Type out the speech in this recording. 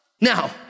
Now